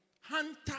hunter